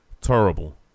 terrible